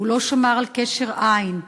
הוא לא שמר על קשר עין.